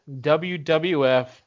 WWF